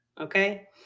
okay